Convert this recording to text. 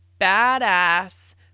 badass